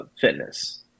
fitness